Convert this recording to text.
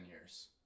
years